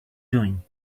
doing